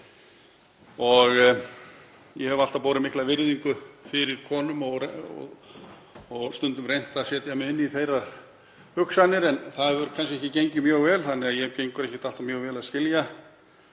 Ég hef alltaf borið mikla virðingu fyrir konum og stundum reynt að setja mig inn í þeirra hugsanir. Það hefur kannski ekki gengið mjög vel þannig að mér gengur ekkert alltaf vel að skilja